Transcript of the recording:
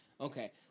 Okay